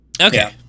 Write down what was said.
okay